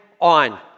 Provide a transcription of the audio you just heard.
on